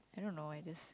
I don't know I just